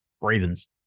Ravens